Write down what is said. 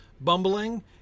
bumbling